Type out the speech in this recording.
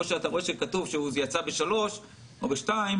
או שאתה רואה שכתוב שהוא יצא ב-15:00 או ב-14:00